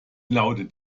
lautet